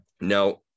Now